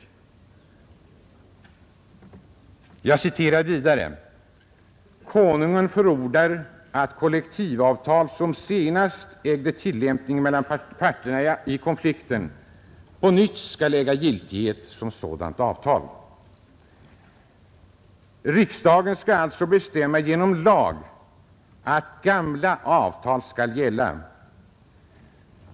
Vidare heter det i propositionen att Konungen får förordna ”att kollektivavtal, som senast ägde tillämpning mellan parterna i konflikten, på nytt skall äga giltighet som sådant avtal”. Riksdagen skall alltså bestämma genom lag att gamla avtal skall gälla.